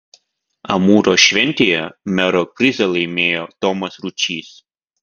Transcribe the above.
amūro šventėje mero prizą laimėjo tomas ručys